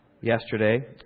Yesterday